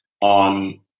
on